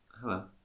Hello